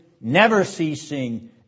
never-ceasing